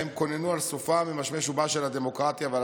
שבהם קוננו על סופה הממשמש ובא של הדמוקרטיה ועל